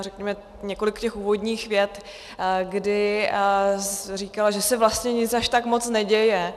řekněme několik těch úvodních vět, kdy říkala, že se vlastně nic až tak moc neděje.